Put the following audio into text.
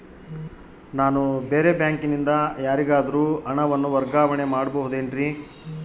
ನಾನು ಬೇರೆ ಬ್ಯಾಂಕಿನಿಂದ ಯಾರಿಗಾದರೂ ಹಣವನ್ನು ವರ್ಗಾವಣೆ ಮಾಡಬಹುದೇನ್ರಿ?